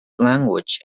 language